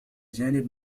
جانب